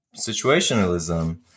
situationalism